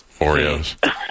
Oreos